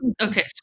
Okay